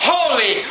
Holy